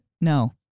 No